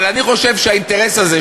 אבל אני חושב שהאינטרס הזה,